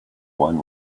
one